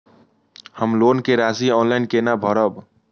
हम लोन के राशि ऑनलाइन केना भरब?